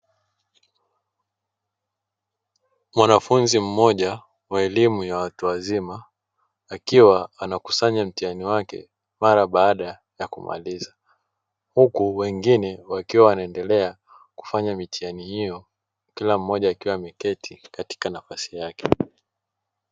Mwanafunzi mmoja wa elimu ya watu wazima; akiwa anakusanya mtihani wake mara baada ya kumaliza, huku wengine wakiwa wanaendelea kufanya mitihani hiyo, kila mmoja akiwa ameketi katika nafasi yake.